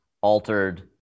altered